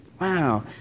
wow